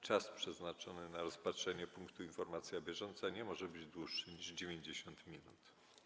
Czas przeznaczony na rozpatrzenie punktu: Informacja bieżąca nie może być dłuższy niż 90 minut.